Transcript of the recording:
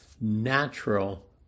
natural